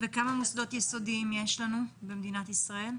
כמה מוסדות יסודיים יש במדינת ישראל?